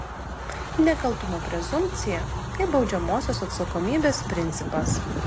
nekaltumo prezumpcija kaip baudžiamosios atsakomybės principas